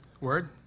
Word